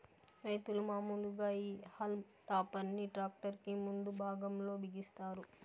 రైతులు మాములుగా ఈ హల్మ్ టాపర్ ని ట్రాక్టర్ కి ముందు భాగం లో బిగిస్తారు